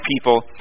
people